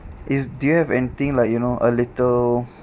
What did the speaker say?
is do you have anything like you know a little